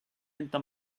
into